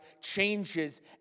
changes